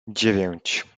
dziewięć